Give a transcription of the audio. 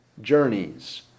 journeys